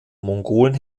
mongolen